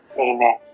Amen